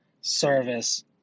service